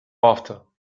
after